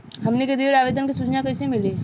हमनी के ऋण आवेदन के सूचना कैसे मिली?